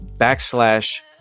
backslash